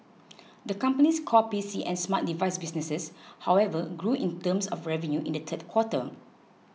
the company's core P C and smart device business however grew in terms of revenue in the third quarter